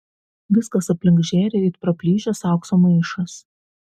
viskas aplink žėri it praplyšęs aukso maišas